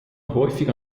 häufig